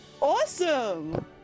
Awesome